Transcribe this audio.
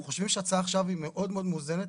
אנחנו חושבים שההצעה עכשיו היא מאוד מאוד מאוזנת,